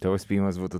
tavo spėjimas būtų